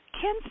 Ken